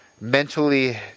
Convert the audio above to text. mentally –